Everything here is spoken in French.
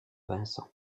vincent